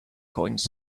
coins